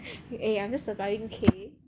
eh I'm still surviving okay